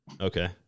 Okay